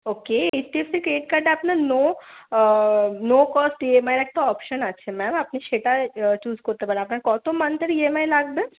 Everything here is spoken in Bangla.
ওকে এইচডিএফসি ক্রেডিট কার্ডে আপনার নো নো কস্ট ইএমআইয়ের একটা অপশন আছে ম্যাম আপনি সেটা চুজ করতে পারেন আপনার কত মান্থের ইএমআই লাগবে